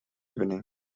evening